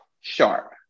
sharp